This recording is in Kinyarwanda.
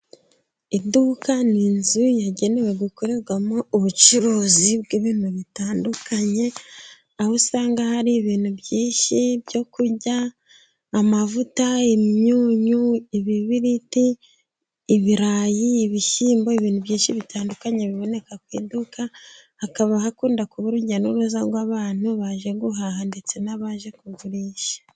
Iduka ni inzu yagenewe gukorerwamo ubucuruzi bw'ibintu bitandukanye, aho usanga hari ibintu byinshi byo kurya. Amavuta, umunyu, ibibiriti, ibirayi, ibishyimbo, ibintu byinshi bitandukanye biboneka ku iduka. Hakaba hakunda kuba urujya n'uruza rw'abantu baje guhaha ndetse n'abaje kugurisha.